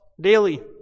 daily